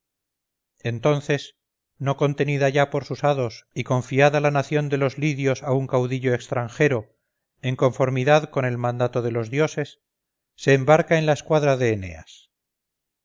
entonces no contenida ya por sus hados y confiada la nación de los lidios a un caudillo extranjero en conformidad con el mandato de los dioses se embarca en la escuadra de eneas